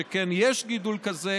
שכן יש גידול כזה,